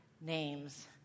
names